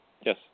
Yes